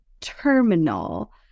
terminal